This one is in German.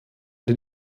den